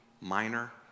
minor